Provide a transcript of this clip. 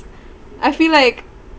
I feel like